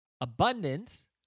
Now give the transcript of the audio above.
Abundance